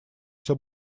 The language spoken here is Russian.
все